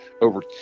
over